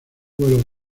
vuelo